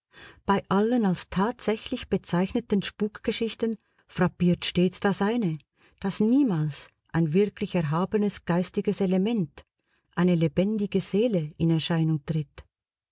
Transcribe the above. bei allen als tatsächlich bezeichneten spukgeschichten frappiert stets das eine daß niemals ein wirklich erhabenes geistiges element eine lebendige seele in erscheinung tritt